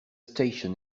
station